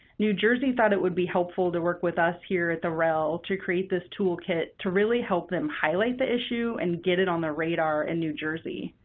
new jersey thought it would be helpful to work with us here at the rel to create this toolkit to really help them highlight the issue and get it on their radar in new jersey.